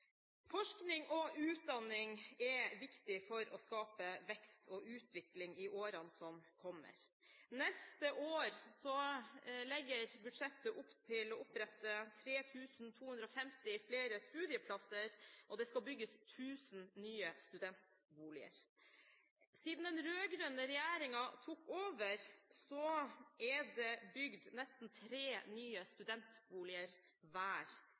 Forskning og utdanning er viktig for å skape vekst og utvikling i årene som kommer. Neste år legger budsjettet opp til å opprette 3 250 flere studieplasser, og det skal bygges 1 000 nye studentboliger. Siden den rød-grønne regjeringen tok over, er det bygd nesten tre nye studentboliger hver